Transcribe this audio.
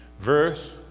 verse